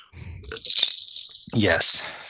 Yes